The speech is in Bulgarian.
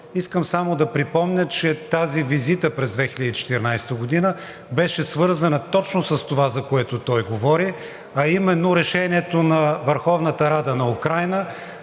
искам само да припомня, че тази визита през 2014 г. беше свързана точно с това, за което той говори, а именно решението на Върховната Рада на Украйна